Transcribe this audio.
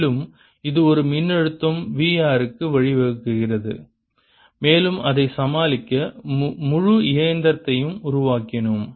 மேலும் இது ஒரு மின்னழுத்தம் v r க்கு வழிவகுக்கிறது மேலும் அதைச் சமாளிக்க முழு இயந்திரத்தையும் உருவாக்கினோம்